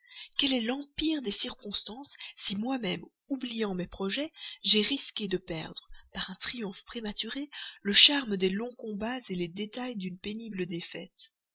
quel est l'empire des circonstances si moi-même oubliant mes projets j'ai risqué de perdre par un triomphe prématuré le charme des longs combats les détails d'une pénible défaite